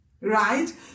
right